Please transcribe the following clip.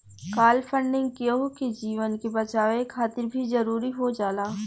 काल funding केहु के जीवन के बचावे खातिर भी जरुरी हो जाला